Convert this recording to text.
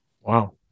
Wow